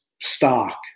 stock